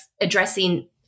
addressing